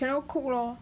cannot cook lor